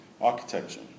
architecture